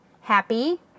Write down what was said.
happy